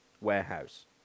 warehouse